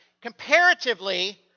Comparatively